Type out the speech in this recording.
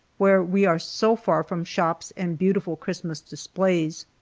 where we are so far from shops and beautiful christmas displays.